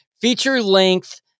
Feature-length